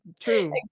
true